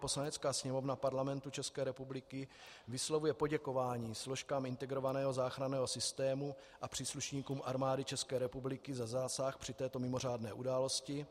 Poslanecká sněmovna Parlamentu České republiky vyslovuje poděkování složkám integrovaného záchranného systému a příslušníkům Armády ČR za zásah při této mimořádné události.